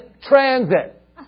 transit